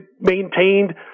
maintained